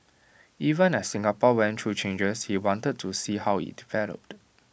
even as Singapore went through changes he wanted to see how IT developed